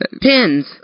Pins